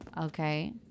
Okay